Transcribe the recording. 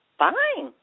fine.